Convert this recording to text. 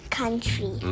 country